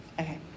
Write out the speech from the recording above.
okay